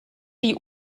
die